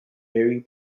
very